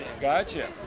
Gotcha